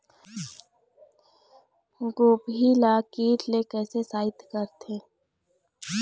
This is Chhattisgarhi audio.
गोभी ल कीट ले कैसे सइत करथे?